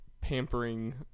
pampering